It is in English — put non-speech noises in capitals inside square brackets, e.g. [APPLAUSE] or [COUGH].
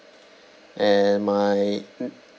and my [NOISE]